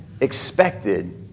expected